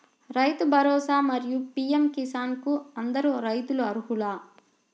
రైతు భరోసా, మరియు పీ.ఎం కిసాన్ కు అందరు రైతులు అర్హులా?